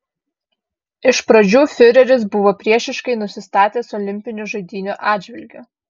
iš pradžių fiureris buvo priešiškai nusistatęs olimpinių žaidynių atžvilgiu